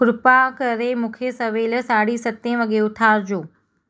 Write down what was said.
कृपा करे मूंखे सवेल साढी सते वॻे उथारिजो